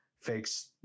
fakes